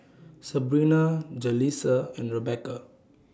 Sebrina Jalissa and Rebecca